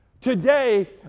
Today